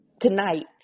tonight